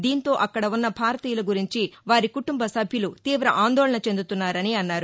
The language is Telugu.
దీంతో అక్కడ ఉన్న భారతీయుల గురించి వారి కుటుంబ సభ్యులు తీవ ఆందోళన చెందుతున్నారని అన్నారు